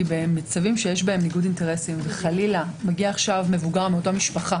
כי במצבים שיש בהם ניגוד אינטרסים וחלילה מגיע מבוגר מאותה משפחה